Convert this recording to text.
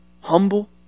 humble